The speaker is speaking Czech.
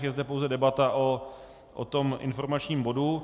Je zde pouze debata o informačním bodu.